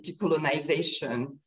decolonization